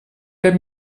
как